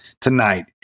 tonight